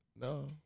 No